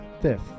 Fifth